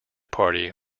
party